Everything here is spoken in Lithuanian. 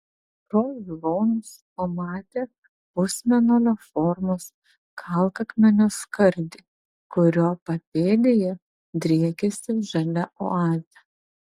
pro žiūronus pamatė pusmėnulio formos kalkakmenio skardį kurio papėdėje driekėsi žalia oazė